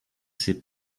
ces